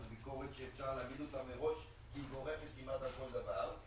שזאת ביקורת שאפשר להגיד אותה מראש כי היא קורית כמעט על כל דבר,